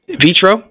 vitro